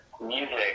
music